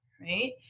right